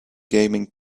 gaming